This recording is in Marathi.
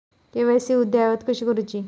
के.वाय.सी अद्ययावत कशी करुची?